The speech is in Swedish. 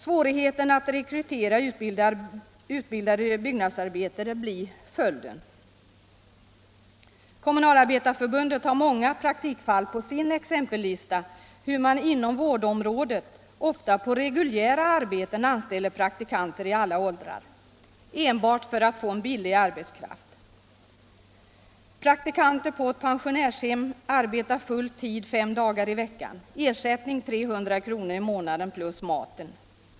Svårigheter att rekrytera utbildade byggnadsarbetare blir följden. Kommunalarbetarförbundet har en lista med många exempel på hur man inom vårdområdet ofta på reguljära arbeten anställer praktikanter i alla åldrar — enbart för att få billig arbetskraft. Praktikanter på ett pensionärshem arbetar full tid fem dagar i veckan. Ersättningen är 300 kr. i månaden plus maten.